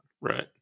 Right